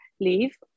leave